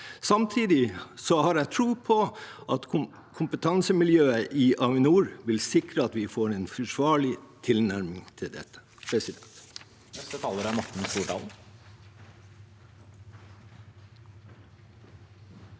Samtidig har jeg tro på at kompetansemiljøet i Avinor vil sikre at vi får en forsvarlig tilnærming til dette.